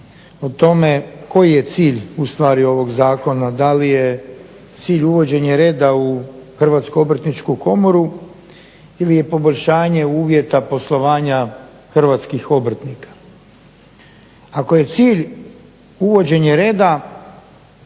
koji je cilj u stvari ovog zakona, da li je cilj uvođenje reda u Hrvatsku obrtničku komoru ili je poboljšanje uvjeta poslovanja hrvatskih obrtnika. Ako je cilj uvođenje reda